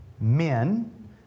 men